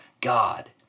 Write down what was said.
God